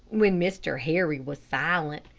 when mr. harry was silent,